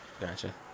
Gotcha